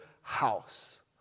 house